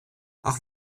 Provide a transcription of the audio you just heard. auch